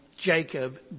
Jacob